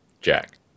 Jack